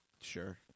Sure